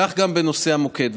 כך גם בנושא המוקד,